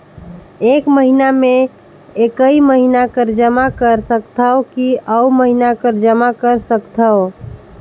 एक महीना मे एकई महीना कर जमा कर सकथव कि अउ महीना कर जमा कर सकथव?